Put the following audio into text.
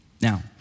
Now